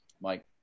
Mike